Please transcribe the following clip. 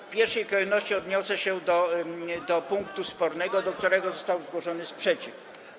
W pierwszej kolejności odniosę się do punktu spornego, do którego został zgłoszony sprzeciw.